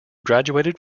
graduated